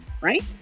right